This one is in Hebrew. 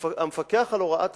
המפקח על הוראת הספרות,